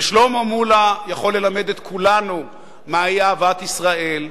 ושלמה מולה יכול ללמד את כולנו מהי אהבת ישראל,